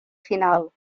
final